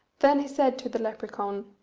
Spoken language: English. then he said to the lepracaun,